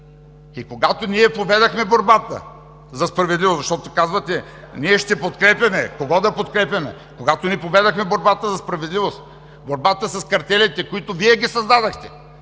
И когато ние поведохме борбата за справедливост, защото казвате: „Ние ще подкрепяме“, кого да подкрепяме? Когато ние поведохме борбата за справедливост, борбата с картелите, които Вие ги създадохте